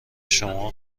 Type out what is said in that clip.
شما